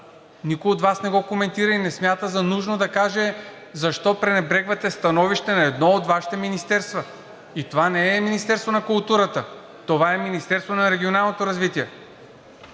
никой от Вас не го коментира и не смята за нужно да каже – защо пренебрегвате становището на едно от Вашите министерства? И това не е Министерството на културата, това е Министерството на регионалното развитие